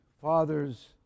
fathers